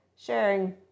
sharing